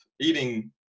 eating